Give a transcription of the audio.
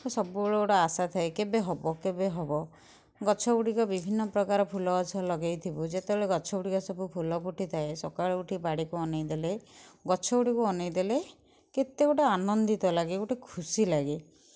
କି ସବୁବେଳେ ଗୋଟେ ଆଶା ଥାଏ କେବେ ହବ କେବେ ହବ ଗଛ ଗୁଡ଼ିକ ବିଭିନ୍ନପ୍ରକାର ଫୁଲ ଗଛ ଲଗାଇଥିବୁ ଯେତେବେଳେ ଗଛ ଗୁଡ଼ିକ ସବୁ ଫୁଲ ଫୁଟିଥାଏ ସକାଳୁ ଉଠି ବାଡ଼ିକୁ ଅନାଇ ଦେଲେ ଗଛ ଗୁଡ଼ିକୁ ଅନାଇ ଦେଲେ କେତେ ଗୋଟେ ଆନନ୍ଦିତ ଲାଗେ ଗୋଟେ ଖୁସି ଲାଗେ